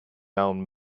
down